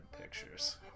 pictures